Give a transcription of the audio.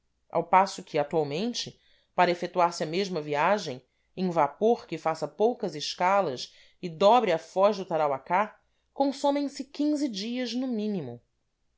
ao passo que atualmente para efetuar se a mesma viagem em vapor que faça poucas escalas e dobre a foz do tarauacá consomem se dias no mínimo